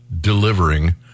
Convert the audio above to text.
delivering